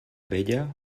vella